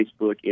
Facebook